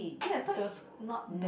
eh I thought yours not bad